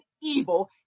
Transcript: evil